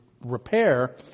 repair